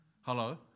Hello